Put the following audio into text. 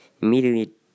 immediately